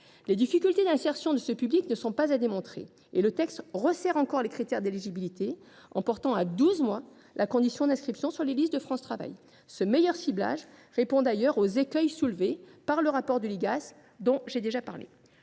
Les difficultés d’insertion de ce public ne sont pas à démontrer, et le texte resserre encore les critères d’éligibilité en portant à douze mois la condition d’inscription sur les listes de France Travail. Ce meilleur ciblage répond d’ailleurs aux écueils soulevés par le rapport de l’Igas, dont j’ai déjà parlé.